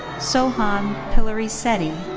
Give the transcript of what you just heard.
sohan pillarisetti.